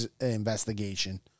investigation